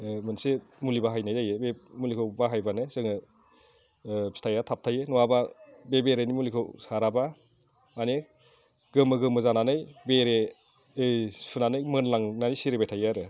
मोनसे मुलि बाहायनाय जायो बे मुलिखौ बाहायबानो जोङो फिथाइया थाबथायो नङाबा बे बेरेनि मुलिखौ साराबा माने गोमो गोमो जानानै बेरे ओय सुनानै मोनलांनानै सिरिबाय थायो आरो